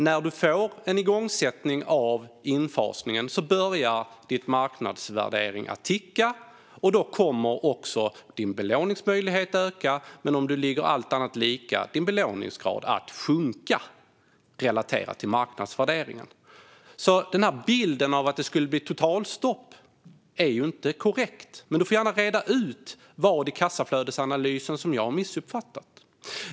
När du får en igångsättning av infasningen börjar din marknadsvärdering att ticka, och då kommer också din belåningsmöjlighet att öka. Men om allt annat är lika kommer din belåningsgrad att sjunka, relaterat till marknadsvärderingen. Bilden av att det skulle bli totalstopp är inte korrekt. Men Roger Hedlund får gärna reda ut vad i kassaflödesanalysen jag har missuppfattat.